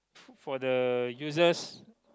for the users